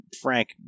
Frank